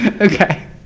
okay